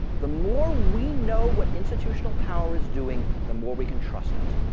the more we know what institutional power is doing, the more we can trust it.